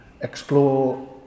explore